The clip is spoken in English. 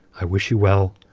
i wish you well.